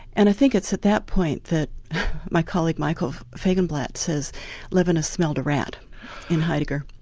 and i think it's at that point that my colleague, michael fagenblatt says levinas smelled a rat in heidegger.